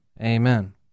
amen